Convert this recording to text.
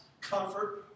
comfort